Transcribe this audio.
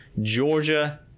Georgia-